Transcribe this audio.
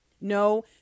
No